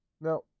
Now